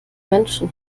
menschen